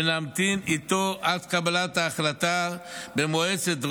ונמתין איתו עד קבלת ההחלטה במועצת רמ"י,